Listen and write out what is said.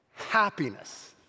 happiness